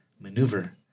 maneuver